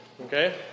okay